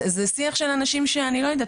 זה שיח של אנשים שאני לא יודעת,